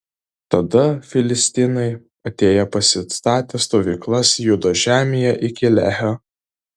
tada filistinai atėję pasistatė stovyklas judo žemėje iki lehio